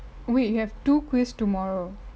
wait you have two quiz tomorrow